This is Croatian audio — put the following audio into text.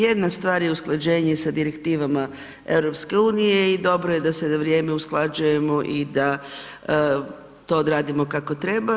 Jedna stvar je usklađenje sa direktivama EU-a i dobro je da se na vrijeme usklađujemo i da to odradimo kako treba.